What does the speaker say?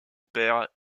père